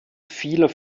vieler